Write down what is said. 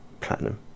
platinum